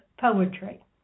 poetry